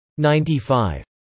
95